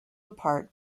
apart